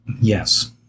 Yes